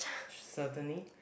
certainly